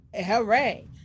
hooray